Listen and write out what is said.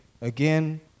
again